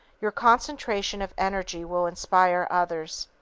your concentration of energy will inspire others.